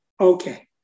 Okay